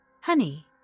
Honey